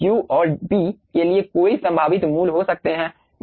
q और p के लिए कई संभावित मूल्य हो सकते हैं